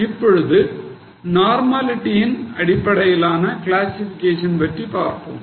இப்பொழுது நார்மாலிட்டின் அடிப்படையிலான கிளாசிஃபிகேஷன்பற்றி பார்ப்போம்